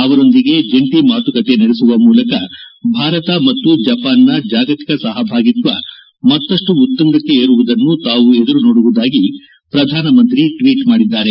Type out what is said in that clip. ಅವರೊಂದಿಗೆ ಜಂಟಿ ಮಾತುಕತೆ ನಡೆಸುವ ಮೂಲಕ ಭಾರತ ಮತ್ತು ಜಪಾನ್ನ ಜಾಗತಿಕ ಸಹಭಾಗಿತ್ವ ಮತ್ತಷ್ಟು ಉತ್ತುಂಗಕ್ಕೆ ಏರುವ ಬಗ್ಗೆ ತಾವು ಎದುರು ನೋಡುವುದನ್ನು ಪ್ರಧಾನಮಂತ್ರಿ ಟ್ವೀಟ್ ಮಾಡಿದ್ದಾರೆ